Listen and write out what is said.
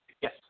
Yes